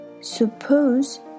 Suppose